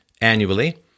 annually